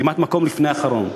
כמעט מקום לפני אחרון.